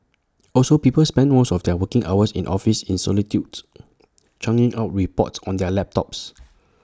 also people spend most of their working hours in office in solitude churning out reports on their laptops